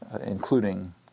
including